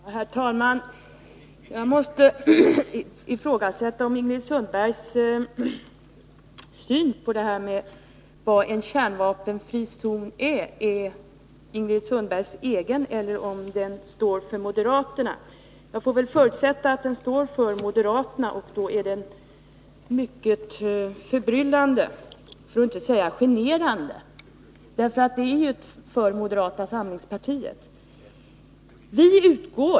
Herr talman! Jag måste ifrågasätta om Ingrid Sundbergs syn på vad som är en kärnvapenfri zon är hennes egen eller moderaternas. Jag får väl förutsätta att den är moderaternas, vilket gör den mycket förbryllande för att inte säga generande för moderata samlingspartiet.